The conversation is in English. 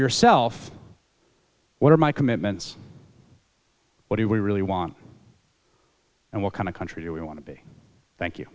yourself what are my commitments what do we really want and what kind of country do we want to be thank you